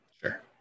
sure